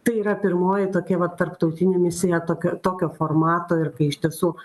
tai yra pirmoji tokia vat tarptautinė misija tokio tokio formato ir kai iš tiesų